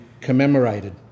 commemorated